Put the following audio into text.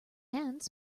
hands